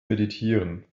meditieren